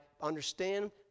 understand